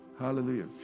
Hallelujah